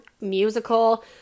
musical